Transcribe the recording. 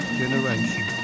generation